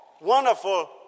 wonderful